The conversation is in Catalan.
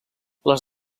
les